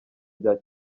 bya